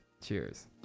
Cheers